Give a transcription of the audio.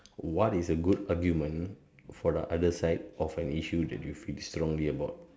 what is a good argument for the other side of an issue that you feel strongly about